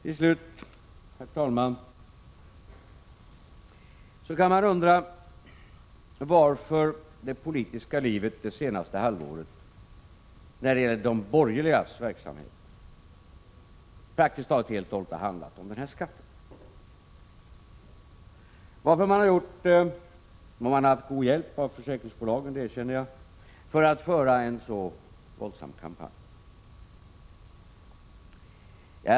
Till slut, herr talman, kan man undra varför det politiska livet det senaste halvåret när det gäller de borgerligas verksamhet praktiskt taget helt och hållet har handlat om den här skatten och varför man har gjort allt — och att man därvid har haft hjälp av försäkringsbolagen erkänner jag — för att föra en så våldsam kampanj.